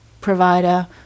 provider